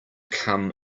come